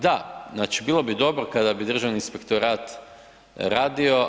Da, znači bilo bi dobro kada bi Državni inspektorat radio.